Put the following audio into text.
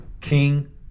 King